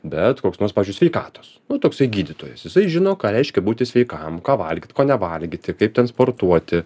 bet koks nors pavyzdžiui sveikatos nu toksai gydytojas jisai žino ką reiškia būti sveikam ką valgyt ko nevalgyti kaip ten sportuoti